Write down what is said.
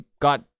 got